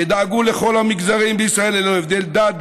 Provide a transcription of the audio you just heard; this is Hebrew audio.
שדאגו לכל המגזרים בישראל ללא הבדלי דת,